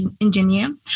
engineer